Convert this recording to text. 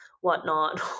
whatnot